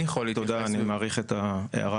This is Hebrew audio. תודה, אני מעריך את ההערה.